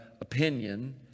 opinion